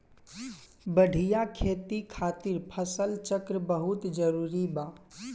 बढ़िया खेती खातिर फसल चक्र बहुत जरुरी बा